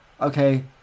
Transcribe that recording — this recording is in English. Okay